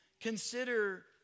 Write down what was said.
consider